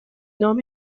نام